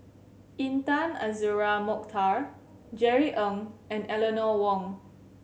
Intan Azura Mokhtar Jerry Ng and Eleanor Wong